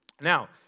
Now